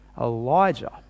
Elijah